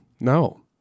no